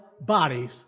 bodies